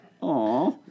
Aw